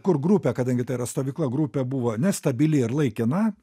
kur grupė kadangi tai yra stovykla grupė buvo nestabili ir laikina